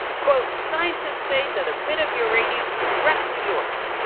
scientists say that a bit of uranium could wreck new york.